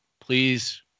Please